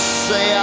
say